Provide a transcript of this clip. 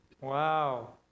Wow